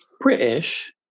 British